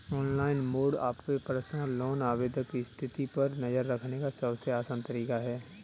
online mode आपके personal loan आवेदन की स्थिति पर नज़र रखने का सबसे आसान तरीका है